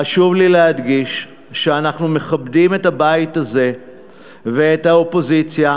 חשוב לי להדגיש שאנחנו מכבדים את הבית הזה ואת האופוזיציה,